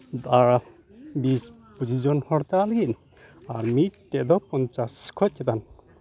ᱵᱤᱥ ᱯᱚᱸᱪᱤᱥ ᱡᱚᱱ ᱦᱚᱲ ᱪᱟᱞᱟᱜ ᱞᱟᱹᱜᱤᱫ ᱟᱨ ᱢᱤᱫᱴᱮᱡ ᱫᱚ ᱯᱚᱧᱪᱟᱥ ᱠᱷᱚᱡ ᱪᱮᱛᱟᱱ